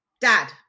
Dad